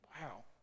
Wow